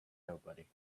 nobody